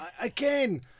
again